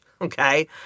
Okay